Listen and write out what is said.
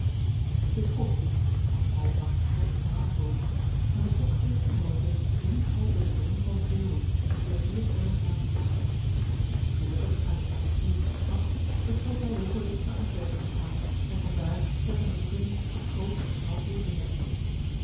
t is goed gaf cajefax trotsch ten antwoord en met opgerigten hoofde liep hij door den drom van boeren die eerbiedig voor hem plaats maakten gelukkig aan dit avontuur ontsnapt besloot hij regelregt naar antwerpen te gaan en van daar zijne onderzoekingen op grootere schaal voort te zetten